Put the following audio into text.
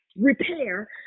repair